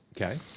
Okay